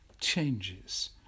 changes